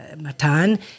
Matan